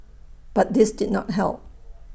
but this did not help